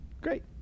Great